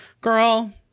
Girl